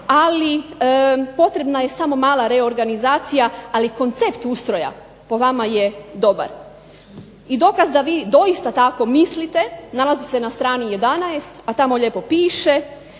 ali potrebna je samo mala reorganizacija. Ali koncept ustroja po vama je dobar i dokaz da vi doista tako mislite nalazi se na strani 11. a tamo lijepo piše: